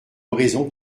oraison